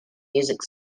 music